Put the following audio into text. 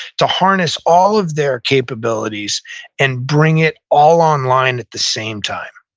to harness all of their capabilities and bring it all online at the same time.